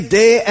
day